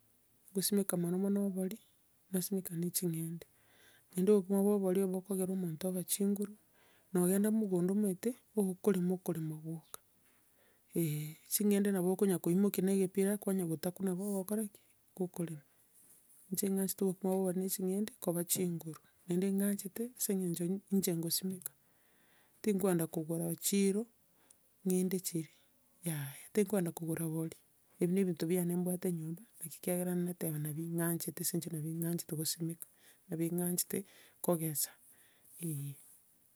Ngosimeka mono mono obori, nasimeka na eching'ende, naenda obokima bwa obori obokogera omonto obe chinguru, na ogenda mogondo omanyete, okorema okorema gwoka, eeh. Ching'ende nabo okonyakoimokia na egepira kwanyagotakuna kogokora ki? Kokorema. Inche ng'anchete obokima bwa obori na echingende koba chinguru, naende ng'anchete ase eng'encho ninhe nkosimeka. Tinkogenda kogora echiro ng'ende chirii, yaya, tinkogenda kogora obori, ebio ne binto biane mbwate nyomba, naki kiagera nateba nabi ing'anchete ase eng'encho nabi ng'anchete gosimeka. Nabi ng'anchete, kogesa, eeh.